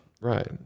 Right